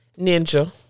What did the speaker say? ninja